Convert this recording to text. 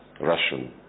Russian